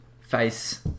face